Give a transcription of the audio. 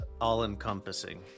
all-encompassing